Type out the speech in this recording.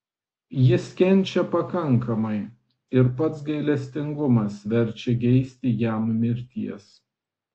jis kenčia pakankamai ir pats gailestingumas verčia geisti jam mirties